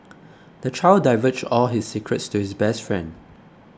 the child divulged all his secrets to his best friend